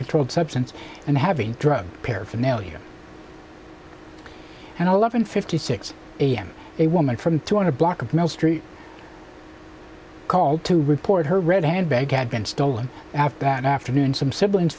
controlled substance and heavy drug paraphernalia and eleven fifty six am a woman from two hundred block of mill street called to report her red handbag had been stolen after that afternoon some siblings